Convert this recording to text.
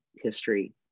history